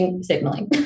signaling